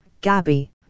Gabby